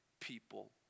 people